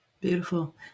Beautiful